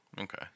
Okay